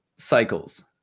cycles